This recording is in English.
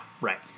right